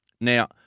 Now